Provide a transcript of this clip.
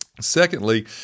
Secondly